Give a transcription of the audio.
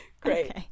great